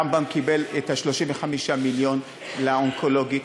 רמב"ם קיבל 35 מיליון לאונקולוגית.